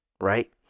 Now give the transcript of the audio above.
Right